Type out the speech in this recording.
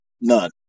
None